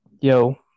yo